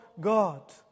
God